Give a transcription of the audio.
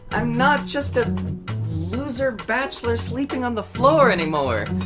i'm not just a loser bachelor sleeping on the floor anymore.